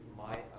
my